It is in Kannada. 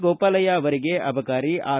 ಗೋಪಾಲಯ್ಯ ಅವರಿಗೆ ಅಬಕಾರಿ ಆರ್